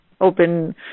open